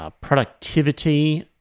Productivity